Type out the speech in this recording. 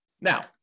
Now